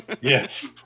yes